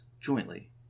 jointly